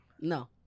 no